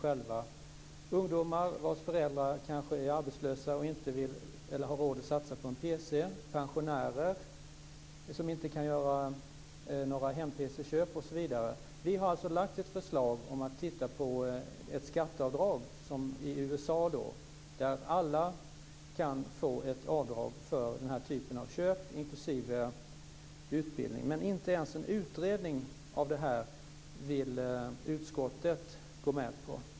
Det är ungdomar vars föräldrar kanske är arbetslösa och inte har råd att satsa på en pc, pensionärer som inte kan göra några hem-pc-köp osv. Vi har lagt fram ett förslag om att man ska titta på ett skatteavdrag som i USA. Där kan alla få ett avdrag för den här typen av köp inklusive utbildning. Men inte ens en utredning av det här vill utskottet gå med på.